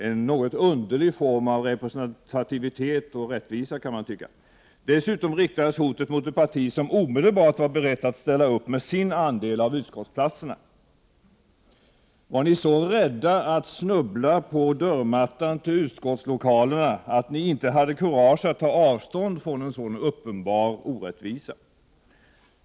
En något underlig form av rättvisa och representativitet kan man tycka. Dessutom riktades hotet mot ett parti som omedelbart var berett ställa upp med sin andel av utskottsplatserna. Var ni så rädda att snubbla på dörrmattan till utskottslokalerna att ni inte hade kurage att ta avstånd från en så uppenbar orättvisa?